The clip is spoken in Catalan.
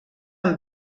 amb